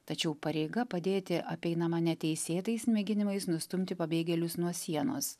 tačiau pareiga padėti apeinama neteisėtais mėginimais nustumti pabėgėlius nuo sienos